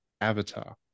avatar